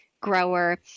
grower